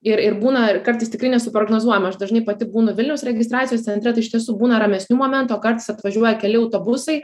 ir ir būna ir kartais tikrai nesuprognozuojama aš dažnai pati būnu vilniaus registracijos centre tai iš tiesų būna ramesnių momentų o kartais atvažiuoja keli autobusai